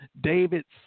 David's